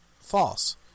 False